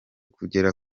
kugera